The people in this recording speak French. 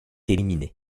éliminée